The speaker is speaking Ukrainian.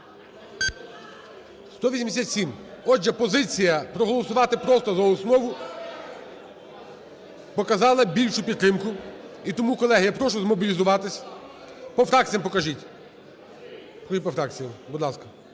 За-187 Отже, позиція проголосувати просто за основу, показала більшу підтримку. І тому, колеги, я прошу змобілізуватись. По фракціям покажіть. Покажіть по фракціям, будь ласка.